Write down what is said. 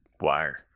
wire